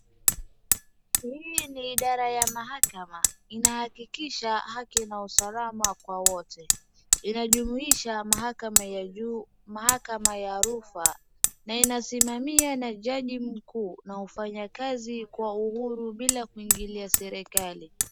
Hii ni idara ya mahakama. Inahakikisha haki na usalama kwa wote. Inajumuisha mahakama ya juu, mahakama ya rufa na inasimamia na jaji mkuu na ufanyakazi kwa uhuru bila kuingilia serikali.